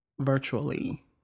virtually